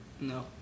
No